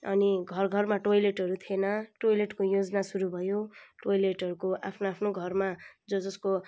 अनि घर घरमा टोइलेटहरू थिएन टोइलेटको योजनाहरू सुरु भयो टोइलेटहरूको आफ्नो आफ्नो घरमा जो जसको